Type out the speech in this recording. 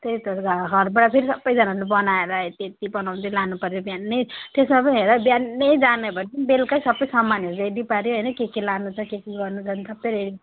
त्यही त रा घरबाट फेरि सबैजनाले बनाएर यति य ति बनाउँदै लानुपर्यो बिहानै तयसमा पनि अर बिहानै जाने भए पनि बेलुकै सबै सामानहरू रेडी पार्यो होइन के के लानु छ के के गर्नु छ सबै रेडी